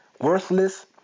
worthless